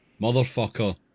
Motherfucker